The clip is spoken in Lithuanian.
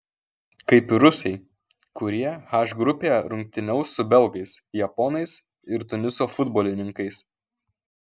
kaip ir rusai kurie h grupėje rungtyniaus su belgais japonais ir tuniso futbolininkais